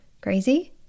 Crazy